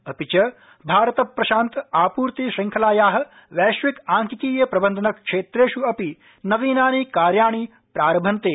अपि च भारत प्रशान्त आपूर्ति श्रृंखलायाः वैश्विक आंकिकीय प्रबन्धन क्षेत्रेष् अपि नवीनानि कार्याणि प्रारभन्ते